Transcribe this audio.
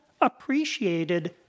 appreciated